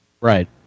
Right